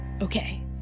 okay